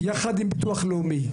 יחד עם ביטוח לאומי.